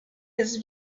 his